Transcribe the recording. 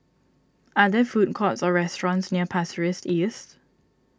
are there food courts or restaurants near Pasir Ris East